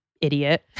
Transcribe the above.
idiot